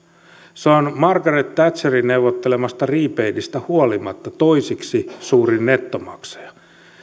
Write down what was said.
se on margaret thatcherin neuvottelemasta rebatesta huolimatta toiseksi suurin nettomaksaja